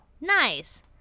Nice